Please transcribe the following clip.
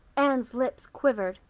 anne's lips quivered.